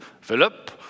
Philip